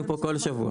אנחנו פה כל שבוע.